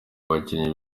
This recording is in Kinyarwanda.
abakinnyi